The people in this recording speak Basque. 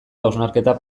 hausnarketa